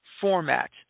format